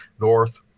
north